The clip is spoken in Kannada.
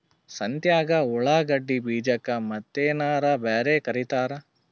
ಸಂತ್ಯಾಗ ಉಳ್ಳಾಗಡ್ಡಿ ಬೀಜಕ್ಕ ಮತ್ತೇನರ ಬ್ಯಾರೆ ಕರಿತಾರ?